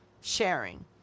sharing